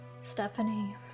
Stephanie